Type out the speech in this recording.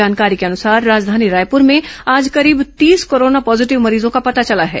जानकारी के अनुसार राजधानी रायपुर में आज करीब तीस कोरोना पॉजीटिव मरीजों का पता चला है